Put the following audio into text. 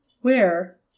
where